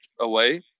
away